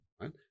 right